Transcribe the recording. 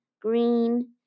Green